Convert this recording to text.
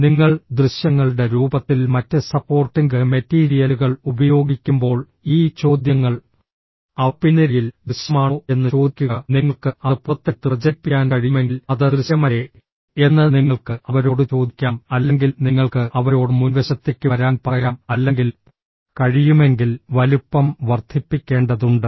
നിങ്ങൾ ദൃശ്യങ്ങളുടെ രൂപത്തിൽ മറ്റ് സപ്പോർട്ടിംഗ് മെറ്റീരിയലുകൾ ഉപയോഗിക്കുമ്പോൾ ഈ ചോദ്യങ്ങൾ അവ പിൻനിരയിൽ ദൃശ്യമാണോ എന്ന് ചോദിക്കുക നിങ്ങൾക്ക് അത് പുറത്തെടുത്ത് പ്രചരിപ്പിക്കാൻ കഴിയുമെങ്കിൽ അത് ദൃശ്യമല്ലേ എന്ന് നിങ്ങൾക്ക് അവരോട് ചോദിക്കാം അല്ലെങ്കിൽ നിങ്ങൾക്ക് അവരോട് മുൻവശത്തേക്ക് വരാൻ പറയാം അല്ലെങ്കിൽ കഴിയുമെങ്കിൽ വലുപ്പം വർദ്ധിപ്പിക്കേണ്ടതുണ്ട്